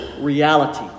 reality